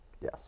Yes